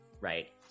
right